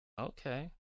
Okay